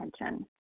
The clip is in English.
attention